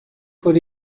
por